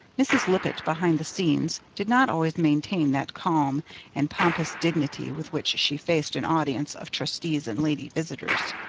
mrs. lippett, behind the scenes, did not always maintain that calm and pompous dignity with which she faced an audience of trustees and lady visitors.